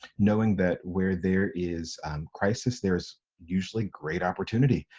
knowing that where there is um crisis, there's usually great opportunity.